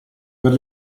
per